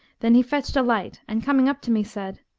then he fetched a light and coming up to me, said,